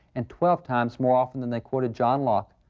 and twelve times more often than they quoted john locke.